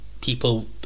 people